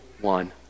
one